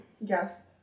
Yes